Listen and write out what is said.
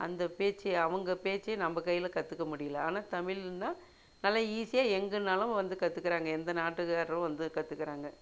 அந்தப் பேச்சு அவங்க பேச்சு நம்ம கையில் கற்றுக்க முடியலை ஆனால் தமிழ்னால் நல்லா ஈஸியாக எங்கேனாலும் வந்து கற்றுக்குறாங்க எந்த நாட்டுக்காரரும் வந்து கற்றுக்குறாங்க